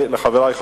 לגבי הצעת החוק.